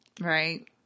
right